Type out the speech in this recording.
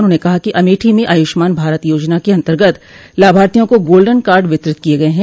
उन्होंने कहा कि अमेठी में आयुष्मान भारत योजना के अन्तर्गत लाभार्थियों को गोल्डन कार्ड वितरित किये गये हैं